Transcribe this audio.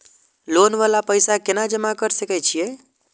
Loan वाला पैसा केना जमा कर सके छीये?